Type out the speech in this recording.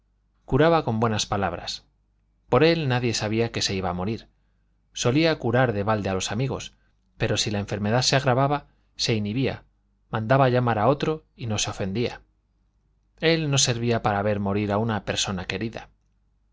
curaba con buenas palabras por él nadie sabía que se iba a morir solía curar de balde a los amigos pero si la enfermedad se agravaba se inhibía mandaba llamar a otro y no se ofendía él no servía para ver morir a una persona querida